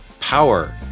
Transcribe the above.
power